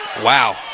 Wow